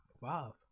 five